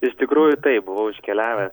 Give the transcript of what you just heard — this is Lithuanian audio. iš tikrųjų taip buvau iškeliavę